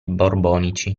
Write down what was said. borbonici